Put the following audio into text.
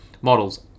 Models